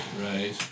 Right